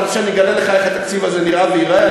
אתה רוצה שאני אגלה לך איך התקציב הזה נראה וייראה?